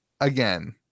again